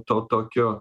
to tokio